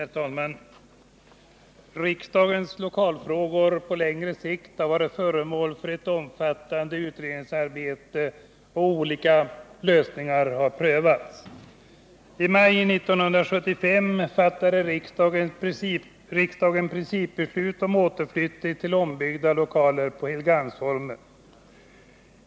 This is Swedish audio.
Herr talman! Riksdagens lokalfrågor på längre sikt har varit föremål för ett omfattande utredningsarbete, och olika lösningar har prövats. I maj 1975 fattade riksdagen principbeslut om återflyttning till ombyggda lokaler på Helgeandsholmen.